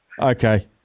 Okay